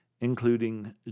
including